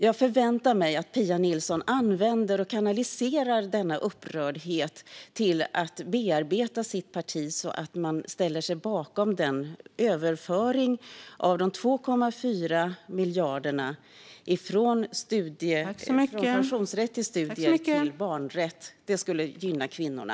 Jag förväntar mig att Pia Nilsson använder sin upprördhet och kanaliserar den för att bearbeta sitt parti så att man ställer sig bakom överföringen av 2,4 miljarder från pensionsrätt för studier till barnårsrätt. Det skulle gynna kvinnorna.